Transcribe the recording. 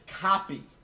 copy